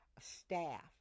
staff